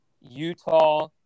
Utah